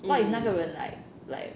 what if 那个人 like like